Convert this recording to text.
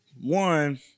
one